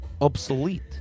obsolete